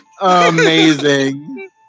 Amazing